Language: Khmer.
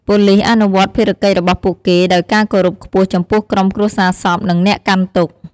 ប៉ូលីសអនុវត្តភារកិច្ចរបស់ពួកគេដោយការគោរពខ្ពស់ចំពោះក្រុមគ្រួសារសព និងអ្នកកាន់ទុក្ខ។